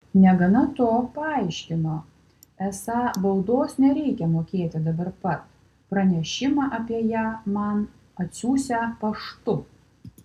negana to paaiškino esą baudos nereikią mokėti dabar pat pranešimą apie ją man atsiųsią paštu